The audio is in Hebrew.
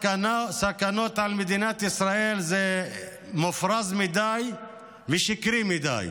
וסכנות למדינת ישראל זה מופרז מדי ושקרי מדי.